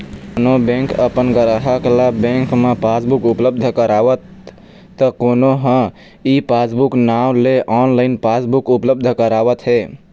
कोनो बेंक अपन गराहक ल बेंक म पासबुक उपलब्ध करावत त कोनो ह ई पासबूक नांव ले ऑनलाइन पासबुक उपलब्ध करावत हे